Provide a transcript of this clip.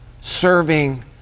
Serving